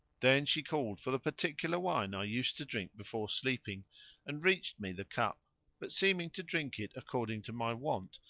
then she called for the particular wine i used to drink before sleeping and reached me the cup but, seeming to drink it according to my wont,